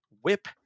whip